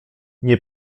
nie